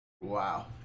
Wow